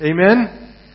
Amen